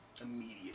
immediate